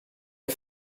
ihr